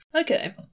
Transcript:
Okay